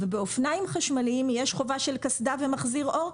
ובאופניים חשמליים יש חובה של קסדה ומחזיר אור,